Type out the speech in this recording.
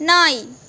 நாய்